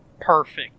perfect